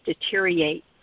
deteriorate